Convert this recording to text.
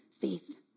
faith